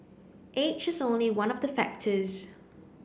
age is only one of the factors